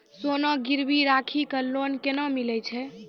सोना गिरवी राखी कऽ लोन केना मिलै छै?